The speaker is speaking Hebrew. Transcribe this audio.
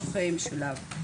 בחינוך משולב.